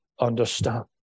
Understand